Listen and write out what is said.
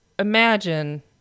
Imagine